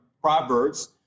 Proverbs